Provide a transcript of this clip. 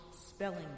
Spelling